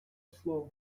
слов